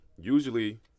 usually